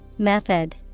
Method